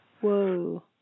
Whoa